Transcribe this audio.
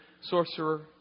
Sorcerer